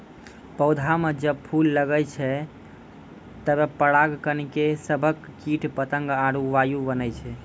पौधा म जब फूल लगै छै तबे पराग कण के सभक कीट पतंग आरु वायु बनै छै